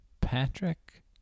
Patrick